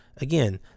again